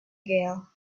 gale